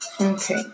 Okay